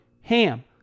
HAM